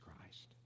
Christ